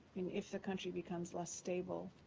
i mean, if the country becomes less stable,